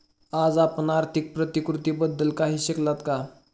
आज आपण आर्थिक प्रतिकृतीबद्दल काही शिकलात का?